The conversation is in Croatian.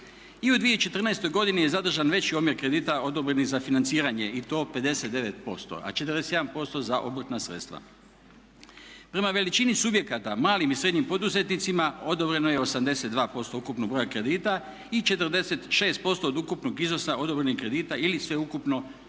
I u 2014. godini je zadržan veći omjer kredita odobrenih za financiranje i to 59%, a 41% za obrtna sredstva. Prema veličini subjekata, malim i srednjim poduzetnicima odobreno je 82% ukupnog broja kredita i 46% od ukupnog iznosa odobrenih kredita ili sveukupno